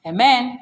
Amen